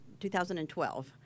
2012